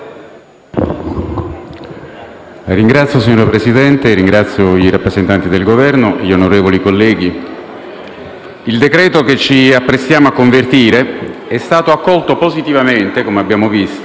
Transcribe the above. il decreto-legge che ci apprestiamo a convertire è stato accolto positivamente, come abbiamo visto,